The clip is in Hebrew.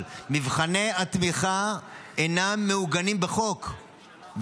אבל מבחני התמיכה אינם מעוגנים בחוק,